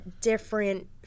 different